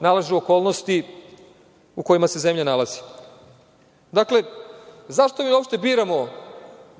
nalažu okolnosti u kojima se zemlja nalazi.Zašto mi uopšte biramo